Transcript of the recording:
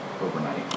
Overnight